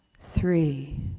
three